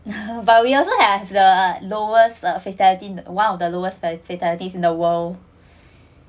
but we also have the lowest uh fatality in one of the lowest fatalities in the world